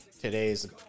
today's